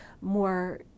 more